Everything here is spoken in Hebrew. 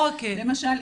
למשל,